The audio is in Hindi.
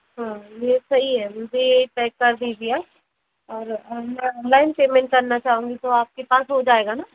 हाँ ये सही है मुझे यही पैक कर दीजिए और मैं ऑनलाइन पेमेंट करना चाहूँगी तो आपके पास हो जायेगा न